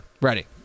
Ready